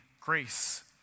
grace